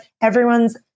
everyone's